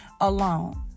alone